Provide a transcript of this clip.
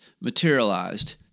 materialized